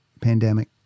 pandemic